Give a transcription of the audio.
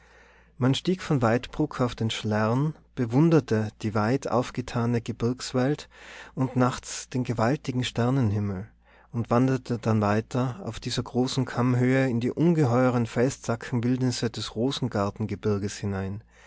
man stieg von waidbruck auf den schlern bewunderte die weit aufgetane gebirgswelt und nachts den gewaltigen sternenhimmel und wanderte dann weiter auf dieser großen kammhöhe in die ungeheuren felszackenwildnisse des rosengartengebirges hinein